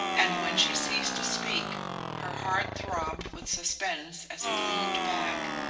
and when she ceased to speak her heart throbbed with suspense as he leaned back,